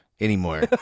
Anymore